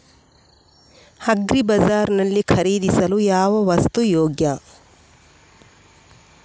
Agri Bazaar ನಲ್ಲಿ ಖರೀದಿಸಲು ಯಾವ ವಸ್ತು ಯೋಗ್ಯ?